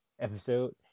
episode